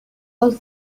old